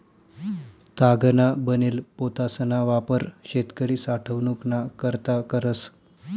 तागना बनेल पोतासना वापर शेतकरी साठवनूक ना करता करस